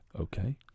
Okay